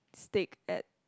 steak at